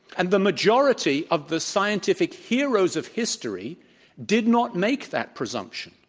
and the majority of the scientific heroes of history did not make that presumption.